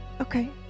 Okay